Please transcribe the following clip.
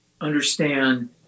understand